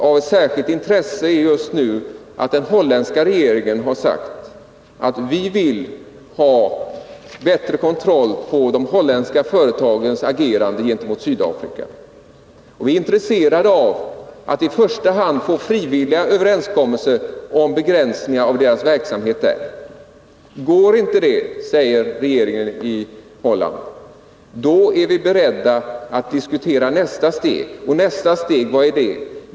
Av särskilt intresse är just nu att den holländska regeringen sagt: Vi vill ha bättre kontroll över de holländska företagens agerande gentemot Sydafrika. Vi är intresserade av att i första hand få frivilliga överenskommelser om begränsningar av deras verksamhet där. Går inte det, säger regeringen i Holland, är vi beredda att diskutera nästa steg. — Och nästa steg, vad är det?